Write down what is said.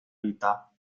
vita